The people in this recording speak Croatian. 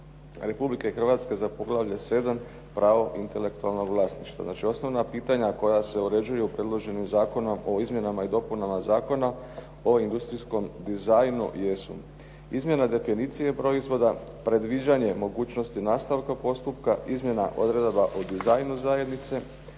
Republike Hrvatske za poglavlje 7. Pravo intelektualnog vlasništva. Znači osnovna pitanja koja se uređuju predloženim Zakonom o izmjenama i dopunama Zakona o industrijskom dizajnu jesu: izmjena definicije proizvoda, predviđanje mogućnosti nastavka postupka, izmjena odredaba o dizajnu zajednice,